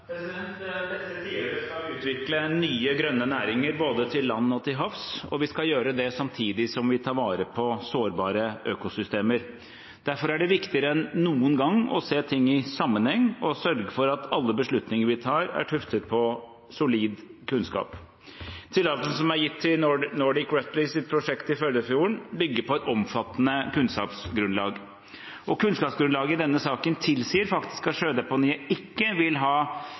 Dette tiåret skal vi utvikle nye grønne næringer, både på land og til havs, og vi skal gjøre det samtidig som vi tar vare på sårbare økosystemer. Derfor er det viktigere enn noen gang å se ting i sammenheng og sørge for at alle beslutninger vi tar, er tuftet på solid kunnskap. Tillatelsene som er gitt til Nordic Rutiles prosjekt i Førdefjorden, bygger på et omfattende kunnskapsgrunnlag. Kunnskapsgrunnlaget i denne saken tilsier faktisk at sjødeponiet ikke vil ha